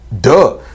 Duh